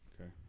Okay